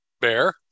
bear